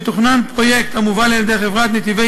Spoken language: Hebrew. מתוכנן פרויקט המובל על-ידי חברת "נתיבי